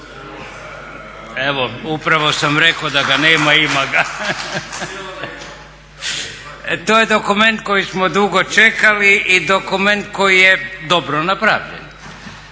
evo upravo sam rekao da ga nema, ima ga, to je dokument koji smo dugo čekali i dokument koji je dobro napravljen.